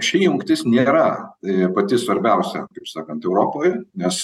ši jungtis nėra pati svarbiausia kaip sakant europoj nes